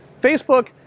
Facebook